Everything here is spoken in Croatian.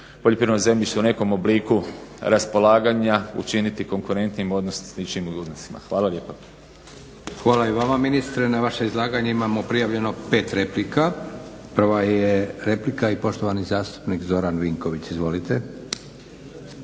poljoprivredno zemljište u nekom obliku raspolaganja učiniti konkurentnim u odnosu sa .../Govornik se ne razumije./… Hvala lijepa. **Leko, Josip (SDP)** Hvala i vama ministre. Na vaše izlaganje imamo prijavljeno 5 replika. Prva je replika i poštovani zastupnik Zoran Vinković. Izvolite.